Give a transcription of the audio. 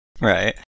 Right